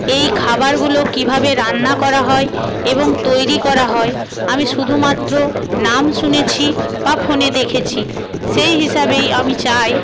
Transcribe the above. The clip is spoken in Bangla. এই খাবারগুলো কীভাবে রান্না করা হয় এবং তৈরি করা হয় আমি শুধুমাত্র নাম শুনেছি বা ফোনে দেখেছি সেই হিসাবেই আমি চাই